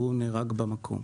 אבל הוא נהרג במקום.